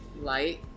light